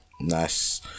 Nice